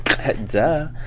duh